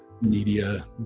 media